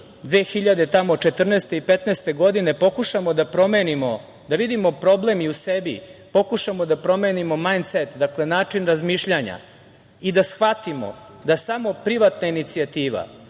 2014. i 2015. godine, pokušamo da promenimo, da vidimo problem i u sebi, pokušamo da promenimo mind set, dakle, način razmišljanja i da shvatimo da samo privatna inicijativa,